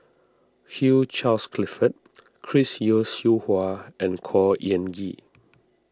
Hugh Charles Clifford Chris Yeo Siew Hua and Khor Ean Ghee